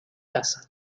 casa